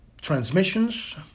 transmissions